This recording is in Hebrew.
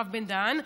הרב בן-דהן,